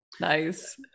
Nice